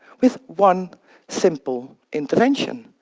with one simple intervention.